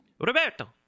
roberto